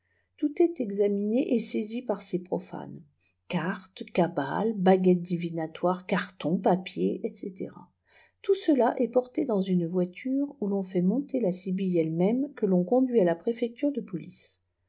tout est examiné et saisi par ces profanes cartes cabale baguette divinatoire cartons papiers etc tout cela est porté dans une voiture où ton fait monter la sibylle elle-même que ton conduit à la préfecture de police